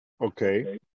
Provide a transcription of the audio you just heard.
Okay